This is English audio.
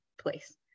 place